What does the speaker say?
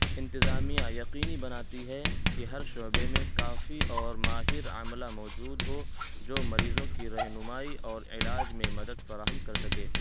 انتظامیہ یقینی بناتی ہے کہ ہر شعبے میں کافی اور ماہر عملہ موجود ہو جو مریضوں کی رہنمائی اور علاج میں مدد فراہم کر سکے